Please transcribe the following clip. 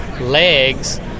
legs